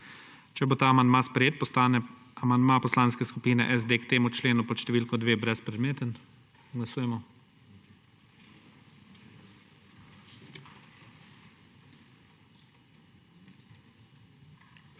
Če bo ta amandma sprejet, postane amandma Poslanske skupine SD k temu členu pod številko 2 brezpredmeten. Glasujemo.